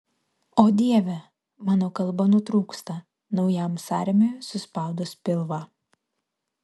o dieve mano kalba nutrūksta naujam sąrėmiui suspaudus pilvą